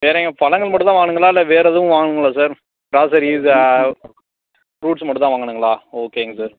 வேறு இங்க பழங்கள் மட்டும் தான் வாங்கணுங்களா இல்லை வேறு எதுவும் வாங்கணுங்களா சார் க்ளாசரிஸ் ஃப்ரூட்ஸ் மட்டும் தான் வாங்கணுங்களா ஓகேங்க சார்